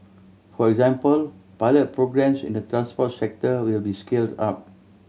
for example pilot programmes in the transport sector will be scaled up